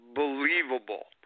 believable